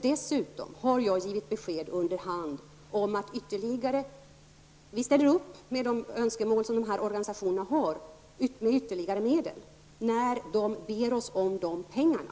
Dessutom har jag givit besked under hand om att vi ställer upp på de önskemål som de här organisationerna har om ytterligare medel, när de ber oss om de pengarna.